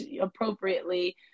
appropriately